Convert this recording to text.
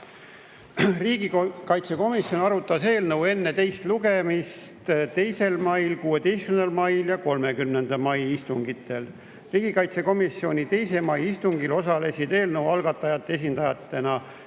Riigikaitsekomisjon arutas eelnõu enne teist lugemist oma istungitel 2. mail, 16. mail ja 30. mail. Riigikaitsekomisjoni 2. mai istungil osalesid eelnõu algatajate esindajatena